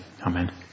amen